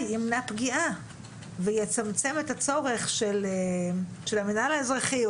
ימנע פגיעה ויצמצם את הצורך של המינהל האזרחי,